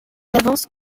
avance